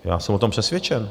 Já jsem o tom přesvědčen.